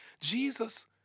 Jesus